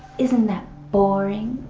isn't that boring?